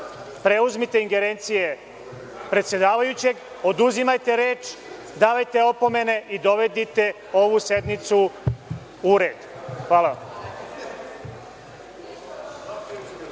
preuzmite ingerencije predsedavajućeg, oduzimajte reč, dajte opomene i dovedite ovu sednicu u red. Hvala